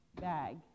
bag